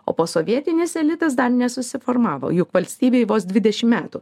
o posovietinis elitas dar nesusiformavo juk valstybei vos dvidešimt metų